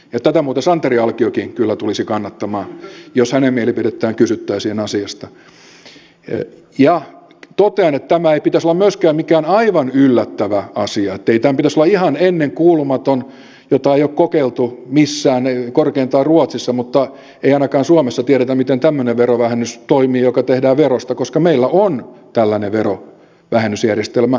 ja tätä muuten santeri alkiokin kyllä tulisi kannattamaan jos hänen mielipidettään kysyttäisiin asiasta ja totean että tämän ei pitäisi olla myöskään mikään aivan yllättävä asia ei tämän pitäisi olla ihan ennenkuulumaton jota ei ole kokeiltu missään korkeintaan ruotsissa ettei ainakaan suomessa tiedettäisi miten tämmöinen verovähennys toimii joka tehdään verosta koska meillä on tällainen verovähennysjärjestelmä olemassa